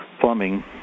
plumbing